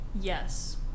yes